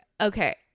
okay